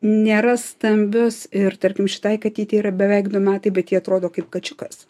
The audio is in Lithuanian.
nėra stambios ir tarkim šitai katytei yra beveik du metai bet ji atrodo kaip kačiukas